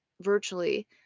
virtually